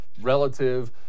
relative